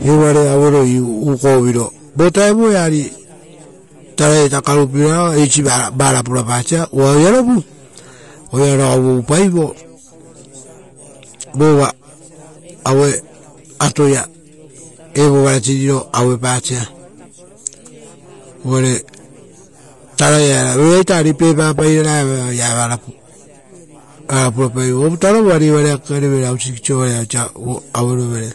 Aueroi ukoviro. Vo vutaoia ari taraia ita karupirorao vao eisi vara purapasia uva oearovu oearovu oea ououpaivo vova atoia evo ruvaruro purapasia. Uvare taraiaera oisio oerarovua eveipairara evoea oea evara ruvaruara purapaivoovutaro ari evoa rera kekerivere ruvarupa kepa sovaraia osa